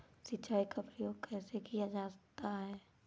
सिंचाई का प्रयोग कैसे किया जाता है?